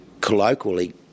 colloquially